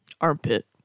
Armpit